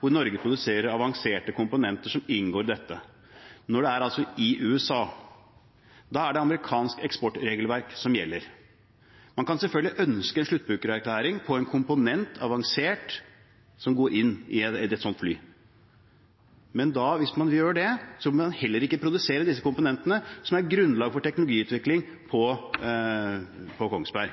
hvor Norge produserer avanserte komponenter som inngår i dette – er det amerikansk eksportregelverk som gjelder når det er i USA. Man kan selvfølgelig ønske en sluttbrukererklæring på en avansert komponent som inngår i et slikt fly, men hvis man har det, kan man heller ikke produsere disse komponentene som er grunnlaget for teknologiutvikling på Kongsberg.